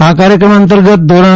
આ કાર્યક્રમ અંતર્ગત ધોરણ